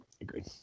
Agreed